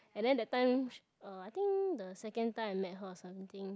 and then that time uh I think the second time I met her or something